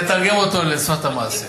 תתרגם אותו לשפת המעשה.